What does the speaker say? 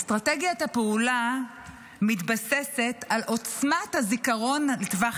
אסטרטגיית הפעולה מתבססת על עוצמת הזיכרון לטווח